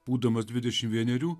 būdamas dvidešimt vienerių